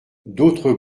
d’autres